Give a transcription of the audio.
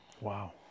Wow